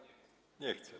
Nie chce.